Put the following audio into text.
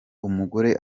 umugore